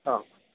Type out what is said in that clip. ಹಾಂ